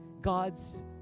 God's